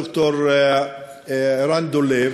ד"ר ערן דולב,